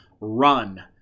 run